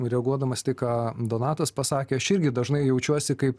reaguodamas į tai ką donatas pasakė aš irgi dažnai jaučiuosi kaip